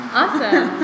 awesome